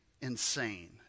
insane